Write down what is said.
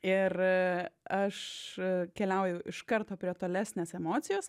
ir aš keliauju iš karto prie tolesnės emocijos